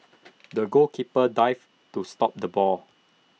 the goalkeeper dived to stop the ball